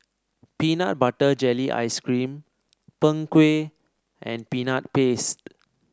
Peanut Butter Jelly Ice cream Png Kueh and Peanut Paste